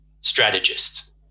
strategist